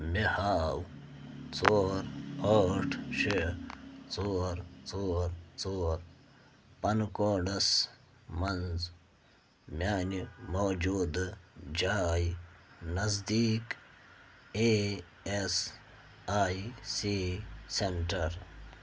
مےٚ ہاو ژور ٲٹھ شےٚ ژور ژور ژور پَن کوڈس مَنٛز میٛانہِ موجوٗدٕ جایہِ نزدیٖک A S I C centre